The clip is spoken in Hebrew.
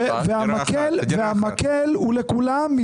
והמקל הוא לכולם,